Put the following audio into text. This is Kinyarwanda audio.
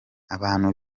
abantu